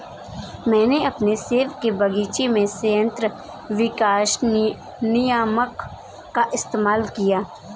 मैंने अपने सेब के बगीचे में संयंत्र विकास नियामक का इस्तेमाल किया है